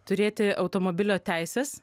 turėti automobilio teises